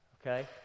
okay